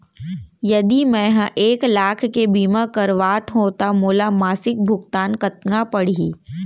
यदि मैं ह एक लाख के बीमा करवात हो त मोला मासिक भुगतान कतना पड़ही?